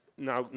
now,